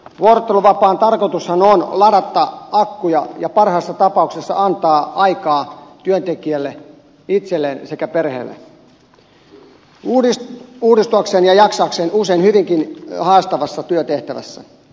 vuorotteluvapaan tarkoitushan on ladata akkuja ja parhaassa tapauksessa antaa aikaa työntekijälle itselleen sekä hänen perheelleen jotta hän uudistuisi ja jaksaisi usein hyvinkin haastavassa työtehtävässä